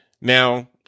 Now